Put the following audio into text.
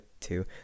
two